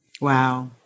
Wow